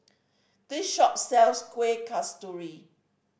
this shop sells Kuih Kasturi